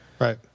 Right